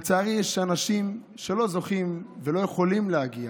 לצערי, יש אנשים שלא זוכים ולא יכולים להגיע.